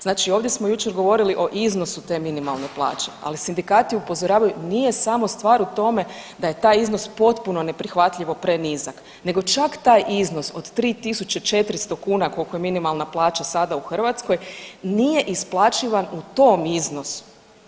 Znači ovdje smo jučer govorili o iznosu te minimalne plaće, ali sindikati upozoravaju nije samo stvar u tome da je taj iznos potpuno neprihvatljivo prenizak nego čak taj iznos od 3.400 kuna koliko je minimalna plaća sada u Hrvatskoj nije isplaćivan u tom iznosu.